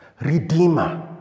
Redeemer